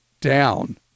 down